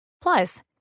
Plus